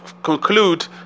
Conclude